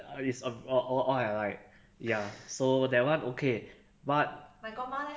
uh is all all all I like so that one okay but